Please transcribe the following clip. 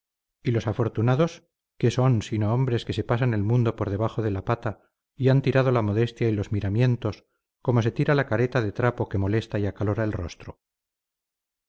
y los afortunados qué son sino hombres que se pasan el mundo por debajo de la pata y han tirado la modestia y los miramientos como se tira la careta de trapo que molesta y acalora el rostro